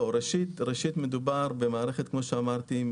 ראשית, מדובר במערכת, כפי שאמרתי,